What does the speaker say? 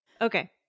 Okay